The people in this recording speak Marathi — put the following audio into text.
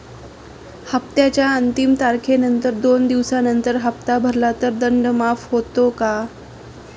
हप्त्याच्या अंतिम तारखेनंतर दोन दिवसानंतर हप्ता भरला तर दंड माफ होतो का?